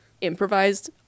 improvised